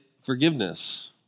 Forgiveness